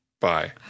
Bye